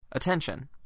Attention